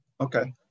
Okay